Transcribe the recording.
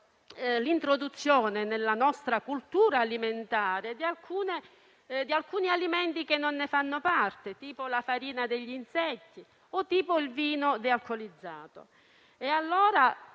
l'introduzione, nella nostra cultura alimentare, di alcuni alimenti che non ne fanno parte, tipo la farina degli insetti o il vino dealcolizzato.